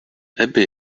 abbey